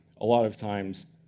a lot of times,